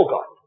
God